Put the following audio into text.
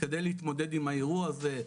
כדי להתמודד עם האירוע הזה,